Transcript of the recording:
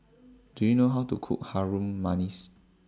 Do YOU know How to Cook Harum Manis